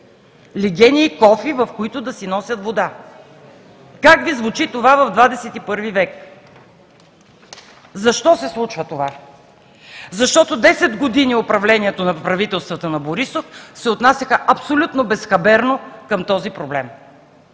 легени и кофи, в които да си носят вода. Как Ви звучи това в ХХI век?! Защо се случва това? Защото десет години управлението на правителствата на Борисов се отнасяха абсолютно безхаберно към този проблем.